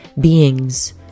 beings